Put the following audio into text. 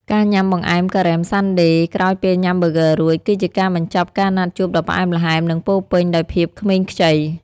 ការញ៉ាំបង្អែមការ៉េម Sunday ក្រោយពេលញ៉ាំប៊ឺហ្គឺរួច គឺជាការបញ្ចប់ការណាត់ជួបដ៏ផ្អែមល្ហែម និងពោរពេញដោយភាពក្មេងខ្ចី។